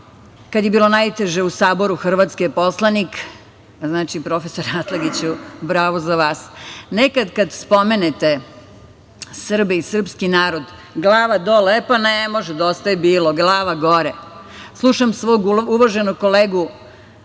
kada je bilo najteže u Saboru Hrvatske poslanik. Profesore Atlagiću, bravo za vas. Nekad kada spomenete Srbe i srpski narod, glava dole, e pa ne može. Dosta je bilo, glava gore. Slušam svog uvaženog kolegu